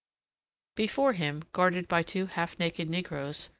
before him, guarded by two half-naked negroes,